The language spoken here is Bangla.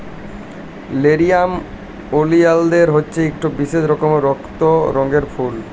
লেরিয়াম ওলিয়ালদের হছে ইকট বিশেষ রকমের রক্ত রঙের ফুল